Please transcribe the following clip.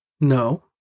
No